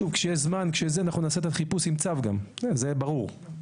שוב, כשיש זמן, נעשה את החיפוש עם צו, זה ברור.